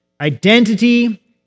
identity